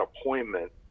appointment